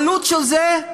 העלות של זה,